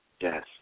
Yes